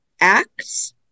acts